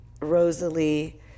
Rosalie